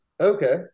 Okay